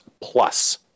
plus